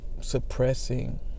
suppressing